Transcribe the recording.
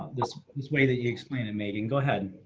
this this way that you explain a meeting. go ahead.